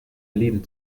leben